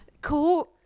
cool